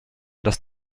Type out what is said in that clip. dass